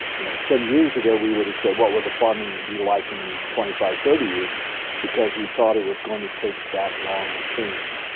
you know ten years ago we would have said what would farming be like in twenty five, thirty years because we thought it was going to take that long to change.